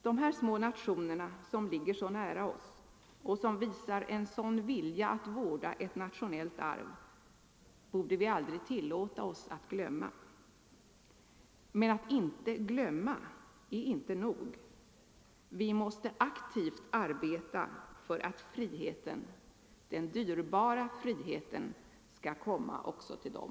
De här små nationerna, som ligger så nära oss och som visar en sådan vilja att vårda ett nationellt arv, borde vi aldrig tillåta oss att glömma. Men att inte glömma är inte nog — vi måste aktivt arbeta för att friheten, den dyrbara friheten, skall komma också till dem.